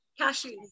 Cashews